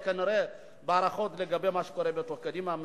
כנראה בהערכות לגבי מה שקורה בתוך קדימה מלכתחילה.